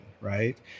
right